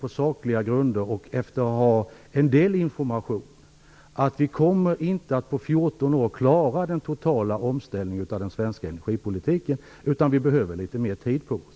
På sakliga grunder och efter att ha tagit del av en del information gör jag den bedömningen att vi på 14 år inte kommer att klara av den totala omställningen av den svenska energipolitiken, utan vi behöver litet mer tid på oss.